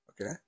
Okay